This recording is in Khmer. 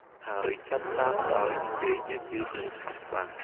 ហើយចាប់ផ្តើមដោយនិយាយយឺតៗ និងច្បាស់ៗ។